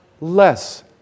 less